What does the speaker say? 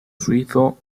suizo